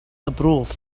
approve